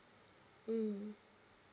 mm